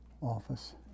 office